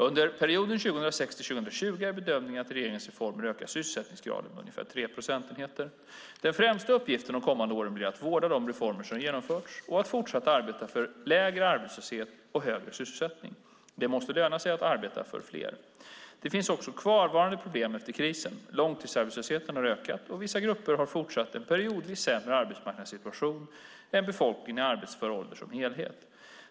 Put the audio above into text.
Under perioden 2006 till 2020 är bedömningen att regeringens reformer ökar sysselsättningsgraden med ungefär 3 procentenheter. Den främsta uppgiften de kommande åren blir att vårda de reformer som har genomförts och att fortsatt arbeta för lägre arbetslöshet och högre sysselsättning. Det måste löna sig att arbeta för fler. Det finns också kvarvarande problem efter krisen. Långtidsarbetslösheten har ökat, och vissa grupper har fortsatt en periodvis sämre arbetsmarknadssituation än befolkningen i arbetsför ålder som helhet.